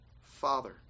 Father